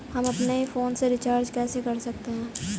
हम अपने ही फोन से रिचार्ज कैसे कर सकते हैं?